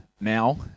now